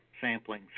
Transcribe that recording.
sampling